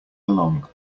along